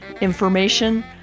Information